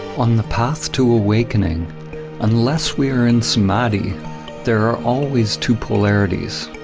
on the path to awakening unless we are in samadhi there are always two polarities,